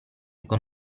con